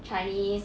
chinese